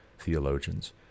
theologians